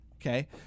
Okay